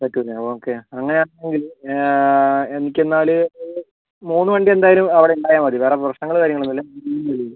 വയ്ക്കും അല്ലേ ഓക്കെ അങ്ങനെയാണെങ്കിൽ എനിക്ക് എന്നാൽ ഒരു മൂന്ന് വണ്ടി എന്തായാലും അവിടെ ഉണ്ടായാൽ മതി വേറെ പ്രശ്നങ്ങൾ കാര്യങ്ങൾ ഒന്നുമില്ല